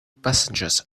passengers